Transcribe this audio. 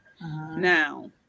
Now